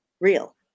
real